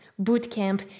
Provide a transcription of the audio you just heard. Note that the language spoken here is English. bootcamp